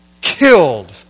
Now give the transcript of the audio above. killed